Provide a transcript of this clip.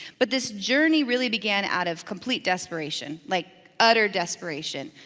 but this journey really began out of complete desperation, like utter desperation.